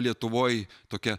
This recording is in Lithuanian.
lietuvoj tokia